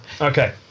Okay